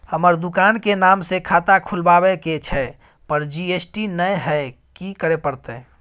हमर दुकान के नाम से खाता खुलवाबै के छै पर जी.एस.टी नय हय कि करे परतै?